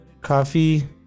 coffee